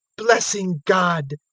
blessing god.